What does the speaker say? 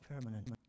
permanent